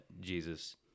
Jesus